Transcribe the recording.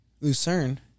Lucerne